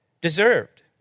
deserved